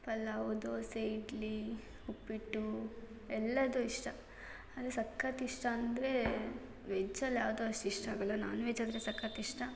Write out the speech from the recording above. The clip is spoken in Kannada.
ಪಲಾವು ದೋಸೆ ಇಡ್ಲಿ ಉಪ್ಪಿಟ್ಟು ಎಲ್ಲವೂ ಇಷ್ಟ ಆದರೆ ಸಖತ್ತು ಇಷ್ಟ ಅಂದರೆ ವೆಜ್ಜಲ್ಲಿ ಯಾವುದು ಅಷ್ಟು ಇಷ್ಟ ಆಗಲ್ಲ ನಾನ್ ವೆಜ್ ಆದರೆ ಸಖತ್ತು ಇಷ್ಟ